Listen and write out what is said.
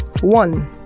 One